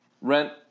rent